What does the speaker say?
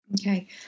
Okay